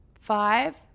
five